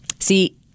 See